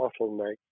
bottleneck